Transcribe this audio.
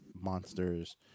monsters